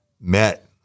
met